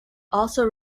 also